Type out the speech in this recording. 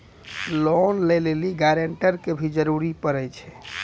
Loan लै लेली guarantor के भी जरूरी पड़ै छै?